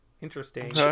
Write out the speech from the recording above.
Interesting